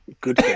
good